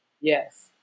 Yes